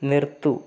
നിർത്തൂ